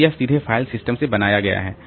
तो यह सीधे फाइल सिस्टम से बनाया गया है